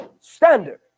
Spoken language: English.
standard